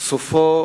סופו